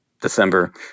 December